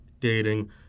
dating